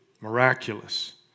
Miraculous